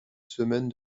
semaine